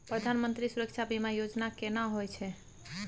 प्रधानमंत्री सुरक्षा बीमा योजना केना होय छै?